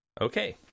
Okay